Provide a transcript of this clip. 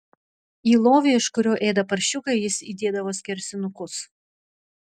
į lovį iš kurio ėda paršiukai jis įdėdavo skersinukus